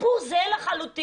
סיפור זהה לחלוטין,